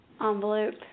Envelope